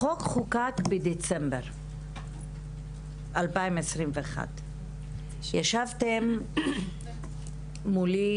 החוק חוקק בדצמבר 2021. ישבתם מולי